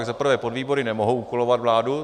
Tak za prvé, podvýbory nemohou úkolovat vládu.